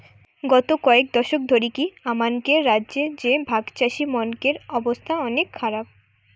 গত কয়েক দশক ধরিকি আমানকের রাজ্য রে ভাগচাষীমনকের অবস্থা অনেক খারাপ